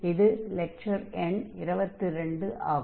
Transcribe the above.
இது லெக்சர் எண் 22 ஆகும்